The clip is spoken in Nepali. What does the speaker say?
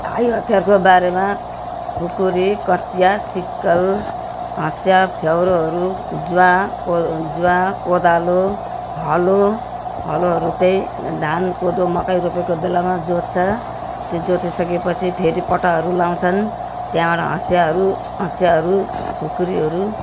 हात हतियारको बारेमा खुकुरी कचिया सिक्कल हँसिया फ्याउरोहरू जुवा को जुवा कोदालो हलो हलोहरू चाहिँ धान कोदो मकै रोपेको बेलामा जोत्छ त्यो जोतिसके पछि फेरि पटाहरू लगाउँछन् त्यहाँबाट हँसियाहरू हँसियाहरू खुकुरीहरू